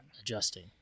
Adjusting